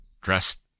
dressed